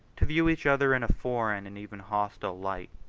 to view each other in a foreign, and even hostile, light